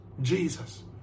Jesus